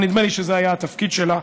אבל נדמה לי שזה היה התפקיד שלה,